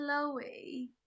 chloe